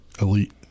elite